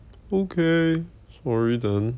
okay sorry then